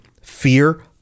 fear